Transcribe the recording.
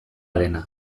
dena